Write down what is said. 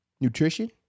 nutrition